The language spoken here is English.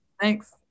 Thanks